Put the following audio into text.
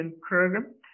program